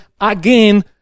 again